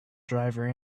driver